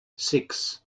six